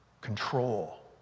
control